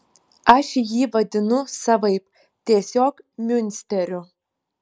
aš jį vadinu savaip tiesiog miunsteriu